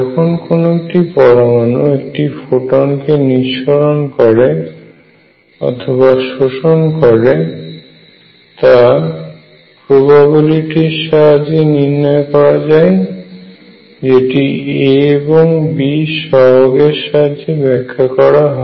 যখন কোন একটি পরমাণু একটি ফোটনকে নিঃসরণ করে অথবা শোষণ করে তা প্রবাবিলিটির সাহায্যে নির্ণয় করা যায় যেটি A এবং B সহগ এর সাহায্যে ব্যাখ্যা করা হয়